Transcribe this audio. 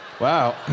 Wow